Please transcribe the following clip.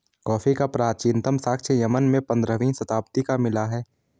coffee का प्राचीनतम साक्ष्य यमन में पंद्रहवी शताब्दी का मिला है